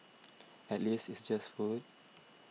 at least it's just food